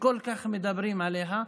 שכל כך מדברים עליה,